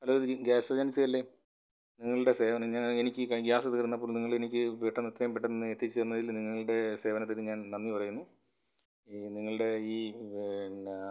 hello ഇത് gas agency അല്ലേ നിങ്ങളുൾടെ സേവനം ഞാൻ എനിക്ക് ഗ്യാസ് തീർന്നപ്പോൾ നിങ്ങൾ എനിക്ക് പെട്ടെന്ന് എത്രയും പെട്ടന്ന് തന്നെ എത്തിച്ച് തന്നതിൽ നിങ്ങളുടെ സേവനത്തിന് ഞാൻ നന്ദി പറയുന്നു നിങ്ങളുടെ ഈ പിന്നെ